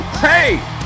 Hey